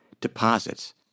deposits